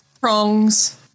Prongs